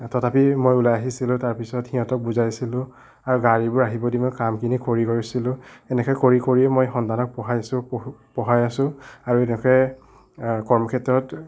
তথাপি মই ওলাই আহিছিলোঁ তাৰপিছত সিহঁতক বুজাইছিলোঁ আৰু গাড়ীবোৰ আহিব দিব কামখিনি কৰি গৈছিলোঁ এনেকৈ কৰি কৰিয়ে মই সন্তানক পঢ়াইছোঁ প পঢ়াই আছোঁ আৰু এনেকৈ কৰ্মক্ষেত্ৰত